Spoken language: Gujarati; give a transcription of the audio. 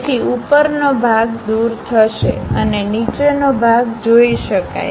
તેથી ઉપરનો ભાગ દૂર થશે અને નીચેનો ભાગ જોઇ શકાય